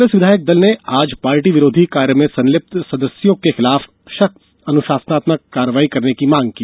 कांग्रेस विधायक दल ने आज पार्टी विरोधी कार्य में संलिप्त सदस्यों के खिलाफ सख्त अनुशासनात्मक कार्रवाई करने की मांग की